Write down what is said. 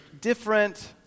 different